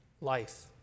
life